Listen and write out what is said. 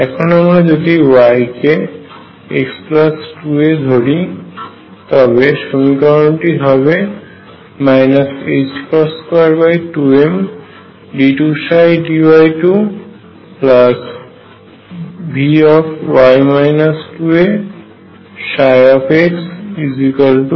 এখন আমরা যদি y কে x2a ধরি তবে সমীকরণটি হবে 22md2dy2Vy 2axEψy